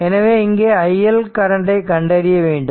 எனவே இங்கே i L கரண்டை கண்டறிய வேண்டும்